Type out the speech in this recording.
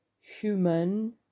human